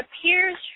appears